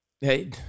Hey